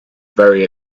very